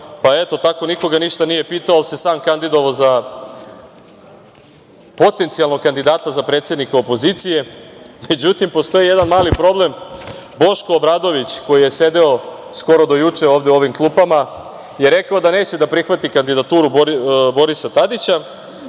pa, eto, tako niko ga ništa nije pitao, on se sam kandidovao za potencijalnog kandidata za predsednika opozicije, međutim, postoji jedan mali problem, Boško Obradović koji je sedeo skoro do juče u ovim klupama je rekao da neće da prihvati kandidaturu Borisa Tadića,